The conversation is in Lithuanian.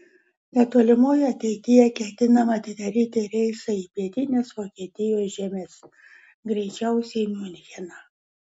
netolimoje ateityje ketinama atidaryti reisą į pietines vokietijos žemes greičiausiai miuncheną